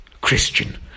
Christian